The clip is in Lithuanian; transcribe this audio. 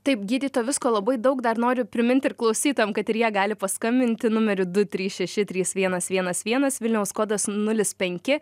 taip gydytoja visko labai daug dar noriu priminti ir klausytojam kad ir jie gali paskambinti numeriu du trys šeši trys vienas vienas vienas vilniaus kodas nulis penki